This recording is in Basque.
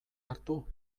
hartu